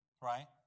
Right